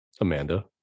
Amanda